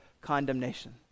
condemnation